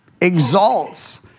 exalts